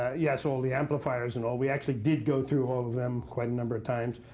yes, all the amplifiers and all. we actually did go through all of them quite a number of times.